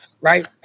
right